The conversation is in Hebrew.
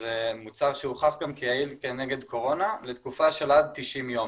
וזה מוצר שהוכח גם כיעיל כנגד קורונה לתקופה של עד 90 יום.